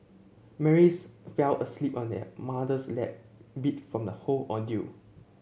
Mary's fell asleep on her mother's lap beat from the whole ordeal